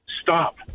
stop